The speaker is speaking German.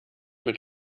mit